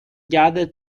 gather